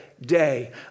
day